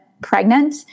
pregnant